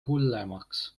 hullemaks